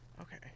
Okay